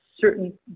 certain